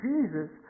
Jesus